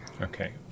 Okay